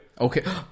Okay